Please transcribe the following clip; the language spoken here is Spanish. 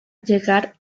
llegar